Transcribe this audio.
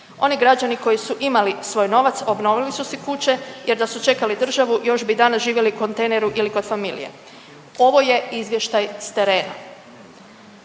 Oni građani koji su imali svoj novac, obnovili su si kuće jer da su čekali državu još bi i danas živjeli u kontejneru ili kod familije. Ovo je izvještaj s terena.